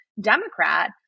Democrat